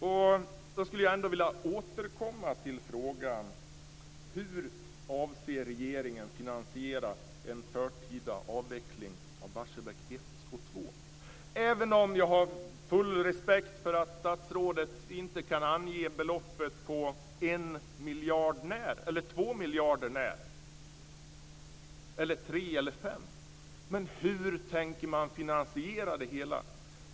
Barsebäck 1 och 2? Även om jag har full respekt för att statsrådet inte kan ange beloppet på en miljard när, eller två, tre eller fem miljarder när, skulle jag ändå vilja veta hur man tänker finansiera det hela.